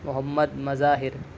محمد مظاہر